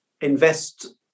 invest